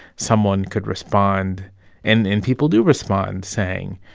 someone could respond and and people do respond saying,